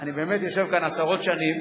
אני באמת יושב כאן עשרות שנים.